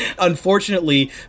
Unfortunately